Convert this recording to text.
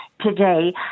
today